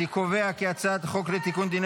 אני קובע כי הצעת חוק לתיקון דיני